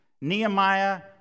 Nehemiah